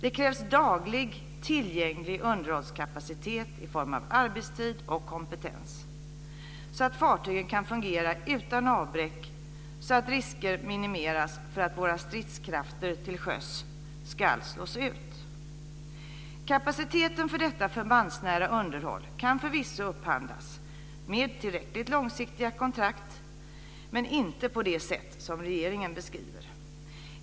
Det krävs daglig tillgänglig underhållskapacitet i form av arbetstid och kompetens så att fartygen kan fungera utan avbräck och så att riskerna minimeras för att våra stridskrafter till sjöss ska slås ut. Detta förbandsnära underhåll kan förvisso upphandlas med tillräckligt långsiktiga kontrakt, men inte på det sätt som regeringen beskriver.